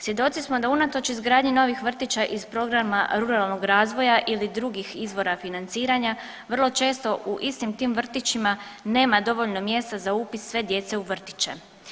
Svjedoci smo da unatoč izgradnji novih vrtića iz programa ruralnog razvoja ili drugih izvora financiranja, vrlo često u istim tim vrtićima nema dovoljno mjesta za upis sve djece u vrtiće.